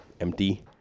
empty